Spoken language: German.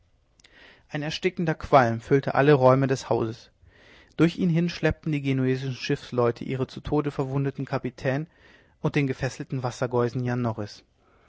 ein erstickender qualm füllte alle räume des hauses durch ihn hin schleppten die genuesischen schiffsleute ihren zu tod verwundeten kapitän und den gefesselten wassergeusen